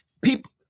people